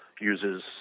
uses